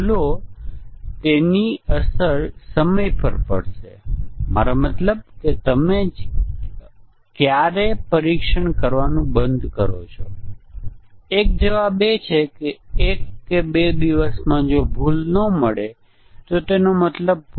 પહેલા આપણે અહીં મોટી બેગ ઈન્ટીગ્રેશન ટેસ્ટીંગ પર નજર કરીએ કારણ કે નામ કહે છે કે બધા મોડ્યુલો એક પગલામાં સંકલિત છે